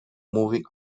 moving